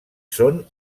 són